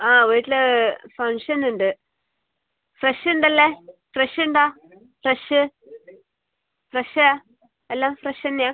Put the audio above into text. ആ വീട്ടിൽ ഫംങ്ഷൻ ഉണ്ട് ഫ്രഷ് ഉണ്ടല്ലേ ഫ്രഷ് ഉണ്ടോ ഫ്രഷ് ഫ്രഷ് എല്ലാം ഫ്രഷന്നയാ